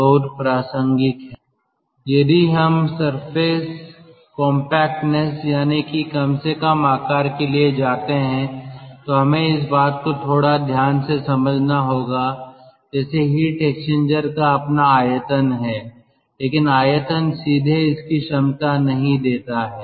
तब यदि हम सरफेस कॉम्पेक्टनेस यानी कि कम से कम आकार के लिए जाते हैं तो हमें इस बात को थोड़ा ध्यान से समझना होगा जैसे हीट एक्सचेंजर का अपना आयतन है लेकिन आयतन सीधे इसकी क्षमता नहीं देता है